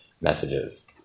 messages